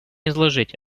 изложить